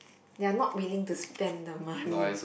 they are not willing to spend the money